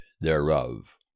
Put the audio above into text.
thereof